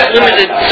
limited